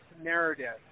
narrative